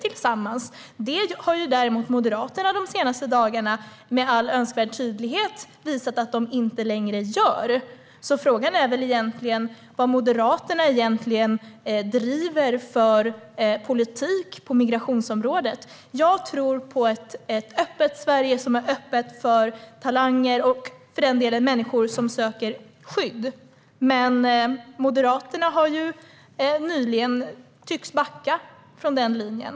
Det har däremot Moderaterna de senaste dagarna med all önskvärd tydlighet visat att de inte längre gör. Frågan är vad Moderaterna egentligen driver för politik på migrationsområdet. Jag tror på ett Sverige som är öppet både för talanger och för människor som söker skydd. Moderaterna tycks backa från den linjen.